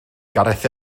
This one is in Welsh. gareth